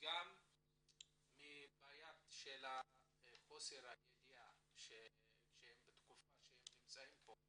גם כתוצאה מחוסר הידיעה בתקופה שהם נמצאים פה,